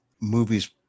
movies